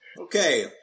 okay